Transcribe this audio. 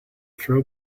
throw